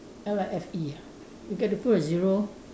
L I F E ah you get to put a zero